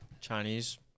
Chinese